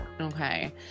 Okay